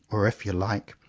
or if you like,